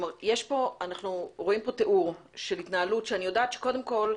אנחנו רואים כאן תיאור של התנהלות שאני יודעת שקודם כל,